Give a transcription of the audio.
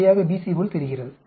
சரியாக BC போல் தெரிகிறது